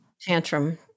tantrum